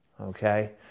okay